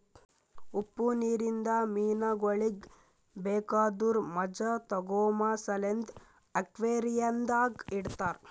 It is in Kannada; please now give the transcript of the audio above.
ಉಪ್ಪು ನೀರಿಂದ ಮೀನಗೊಳಿಗ್ ಬೇಕಾದುರ್ ಮಜಾ ತೋಗೋಮ ಸಲೆಂದ್ ಅಕ್ವೇರಿಯಂದಾಗ್ ಇಡತಾರ್